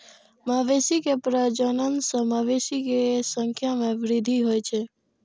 मवेशी के प्रजनन सं मवेशी के संख्या मे वृद्धि होइ छै